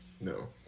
No